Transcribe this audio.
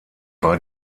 war